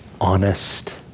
honest